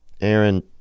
Aaron